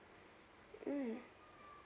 mm